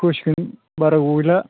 फोसिगोन बारा गोबाव गैला